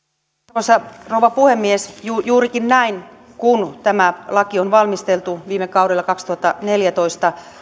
arvoisa rouva puhemies juurikin näin kun tämä laki on valmisteltu viime kaudella kaksituhattaneljätoista